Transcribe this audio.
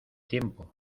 tiempo